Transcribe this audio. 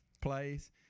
plays